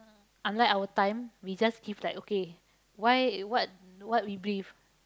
unlike our time we just give like okay why what what we breathe